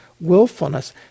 willfulness